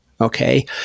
okay